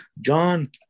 John